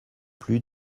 plus